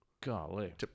Golly